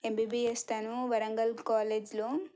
MBBS తను వరంగల్ కాలేజ్లో